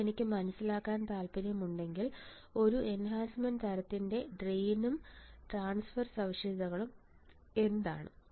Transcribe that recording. ഇപ്പോൾ എനിക്ക് മനസിലാക്കാൻ താൽപ്പര്യമുണ്ടെങ്കിൽ ഒരു എൻഹാൻസ്മെൻറ് തരത്തിന്റെ ട്രെയിനും ട്രാൻസ്ഫർ സവിശേഷതകളും എന്താണ്